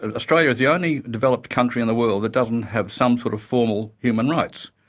ah australia is the only developed country in the world that doesn't have some sort of formal human rights.